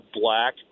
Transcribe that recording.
Black